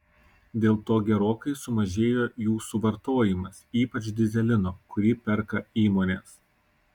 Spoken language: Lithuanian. dėl to gerokai sumažėjo jų suvartojimas ypač dyzelino kurį perka įmonės